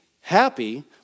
happy